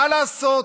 מה לעשות,